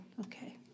okay